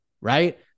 right